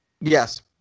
Yes